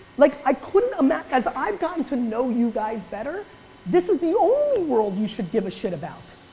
like i couldn't imagine, as i've gotten to know you guys better this is the only world you should give a shit about.